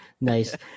Nice